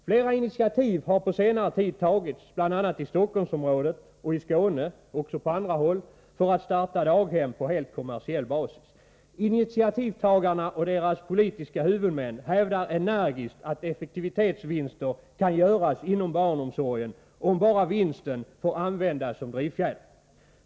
Flera initiativ har på senare tid tagits — bl.a. i Stockholmsområdet och i Skåne — för att starta daghem på helt kommersiell basis. Initiativtagarna och deras politiska huvudmän hävdar energiskt att effektivitetsvinster kan göras inom barnomsorgen, om bara vinsten får användas som drivfjäder.